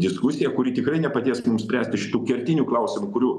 diskusija kuri tikrai nepadės mums spręsti šitų kertinių klausimų kurių